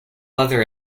other